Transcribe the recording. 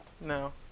no